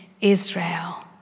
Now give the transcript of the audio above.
Israel